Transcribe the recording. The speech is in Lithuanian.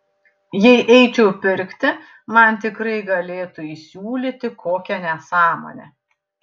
jei eičiau pirkti man tikrai galėtų įsiūlyti kokią nesąmonę